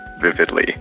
vividly